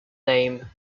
name